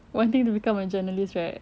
wanting to become a journalist right